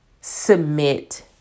submit